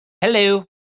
Hello